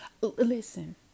listen